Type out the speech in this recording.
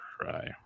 try